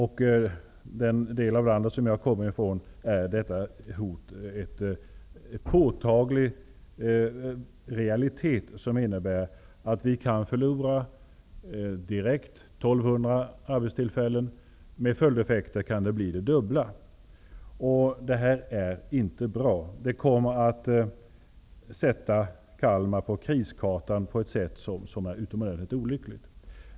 I den del av landet som jag kommer från är detta hot en påtaglig realitet, som innebär att vi direkt kan förlora 1 200 arbetstillfällen. Med följdeffekter kan det bli det dubbla. Det här är inte bra. Det kommer att sätta Kalmar på kriskartan på ett sätt som är utomordentligt olyckligt.